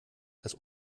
das